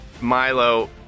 Milo